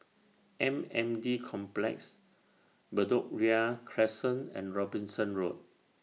M N D Complex Bedok Ria Crescent and Robinson Road